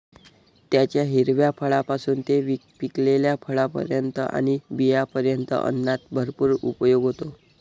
त्याच्या हिरव्या फळांपासून ते पिकलेल्या फळांपर्यंत आणि बियांपर्यंत अन्नात भरपूर उपयोग होतो